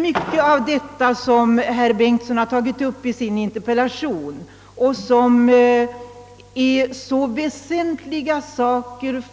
Mycket av det som herr Bengtsson i Landskrona har berört i sin interpellation är av väsentlig betydelse